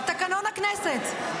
תקנון הכנסת,